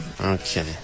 Okay